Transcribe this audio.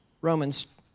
Romans